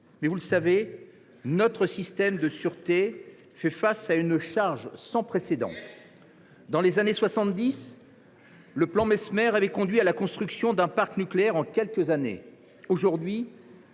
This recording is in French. vous le savez, il fait face à une charge sans précédent. Dans les années 1970, le plan Messmer avait conduit à la construction d’un parc nucléaire en quelques années. Aujourd’hui,